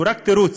הוא רק תירוץ.